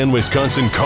Wisconsin